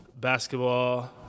basketball